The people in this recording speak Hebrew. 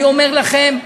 אני אומר לכם: